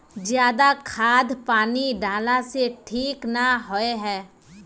ज्यादा खाद पानी डाला से ठीक ना होए है?